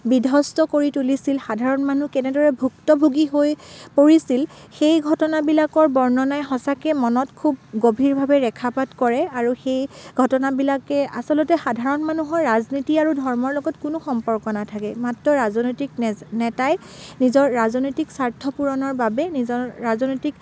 বিধস্ত কৰি তুলিছিল সাধাৰণ মানুহ কেনেদৰে ভুক্তভোগী হৈ পৰিছিল সেই ঘটনাবিলাকৰ বৰ্ণনাই সঁচাকৈ মনত খুব গভীৰভাৱে ৰেখাপাত কৰে আৰু সেই ঘটনাবিলাকে আচলতে সাধাৰণ মানুহৰ ৰাজনীতি আৰু ধৰ্মৰ লগত কোনো সম্পৰ্ক নাথাকে মাত্ৰ ৰাজনৈতিক নেচ নেতাই নিজৰ ৰাজনৈতিক স্বাৰ্থ পূৰণৰ বাবে নিজৰ ৰাজনৈতিক